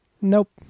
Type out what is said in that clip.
Nope